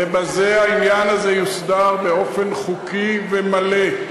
ובזה העניין הזה יוסדר באופן חוקי ומלא,